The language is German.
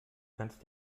kannst